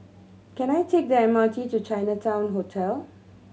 can I take the M R T to Chinatown Hotel